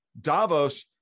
Davos